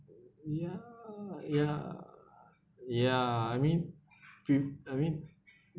ya ya ya I mean I mean